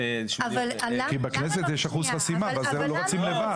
--- כי בכנסת יש אחוז חסימה ולא רצים לבד.